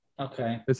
Okay